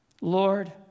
Lord